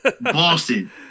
Boston